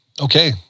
Okay